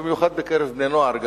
ובמיוחד בקרב בני-נוער.